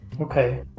okay